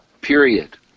period